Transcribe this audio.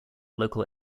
local